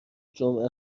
جمعه